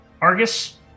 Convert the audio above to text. Argus